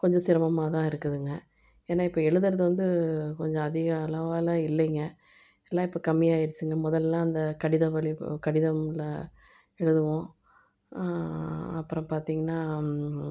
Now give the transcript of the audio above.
கொஞ்சம் சிரமமாகதான் இருக்குதுங்க ஏன்னா இப்போ எழுதுறது வந்து கொஞ்சம் அதிக அளவில் இல்லைங்க எல்லாம் இப்போ கம்மியாயிருச்சுங்க முதல்லாம் அந்த கடிதம் வழி கடிதம்ல எழுதுவோம் அப்புறம் பார்த்திங்கன்னா